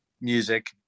music